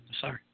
Sorry